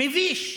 מביש.